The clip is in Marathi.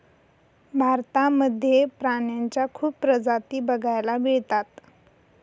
भारतामध्ये प्राण्यांच्या खूप प्रजाती बघायला मिळतात